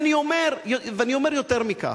ואני אומר יותר מכך: